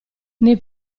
nei